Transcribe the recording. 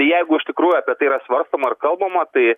tai jeigu iš tikrųjų apie tai yra svarstoma ar kalbama tai